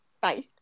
Bye